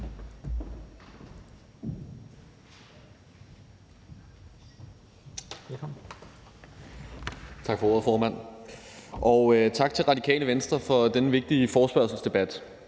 Tak for ordet, formand, og tak til Radikale Venstre for denne vigtige forespørgselsdebat.